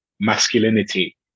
masculinity